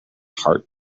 heart